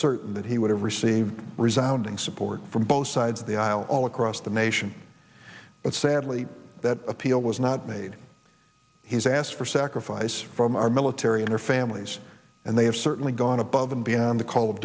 certain that he would have received resoundingly support from both sides of the aisle all across the nation but sadly that appeal was not made he's asked for sacrifice from our military and her family's and they have certainly gone above and beyond the call of